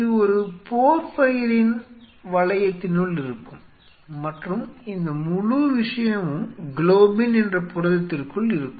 இது ஒரு போர்ஃபைரின் வளையத்தினுள் இருக்கும் மற்றும் இந்த முழு விஷயமும் குளோபின் என்ற புரதத்திற்குள் இருக்கும்